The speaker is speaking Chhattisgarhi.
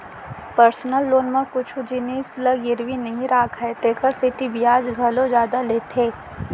पर्सनल लोन म कुछु जिनिस ल गिरवी नइ राखय तेकर सेती बियाज घलौ जादा लेथे